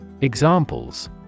Examples